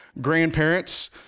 grandparents